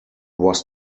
was